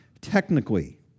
Technically